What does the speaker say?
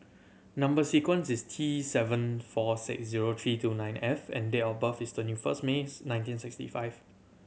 number sequence is T seven four six zero three two nine F and date of birth is twenty first May's nineteen sixty five